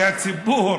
כי הציבור